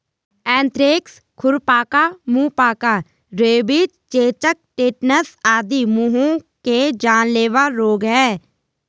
anthrax, खुरपका, मुहपका, rabies, चेचक, टेटनस आदि पहुओं के जानलेवा रोग हैं